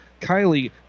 Kylie